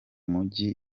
mujyi